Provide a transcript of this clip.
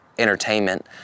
entertainment